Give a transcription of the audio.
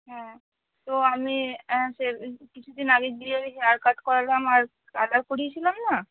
হ্যাঁ তো আমি হ্যাঁ সেদিন কিছু দিন আগে দিয়ে ওই হেয়ার কাট করালাম আর কালার করিয়েছিলাম না